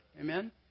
Amen